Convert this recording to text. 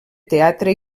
teatre